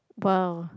!wow!